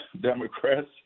Democrats